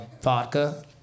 vodka